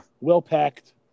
Well-packed